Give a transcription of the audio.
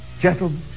gentlemen